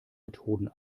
methoden